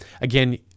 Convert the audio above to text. Again